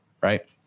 right